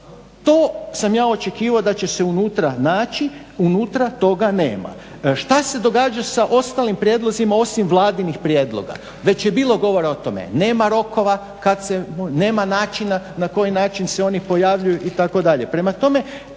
to sam ja očekivao da će se unutra naći. Unutra toga nema. Šta se događa sa ostalim prijedlozima osim vladinih prijedloga. Već je bilo govora o tome. Nema rokova, nema načina na koji način se oni pojavljuju itd.